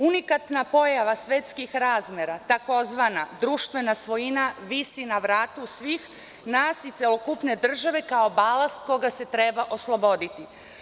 Unikatna pojava svetskih razmera, tzv. društvena svojina, visi na vratu svih nas i celokupne države kao balast koga se treba osloboditi.